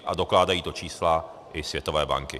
A dokládají to čísla i Světové banky.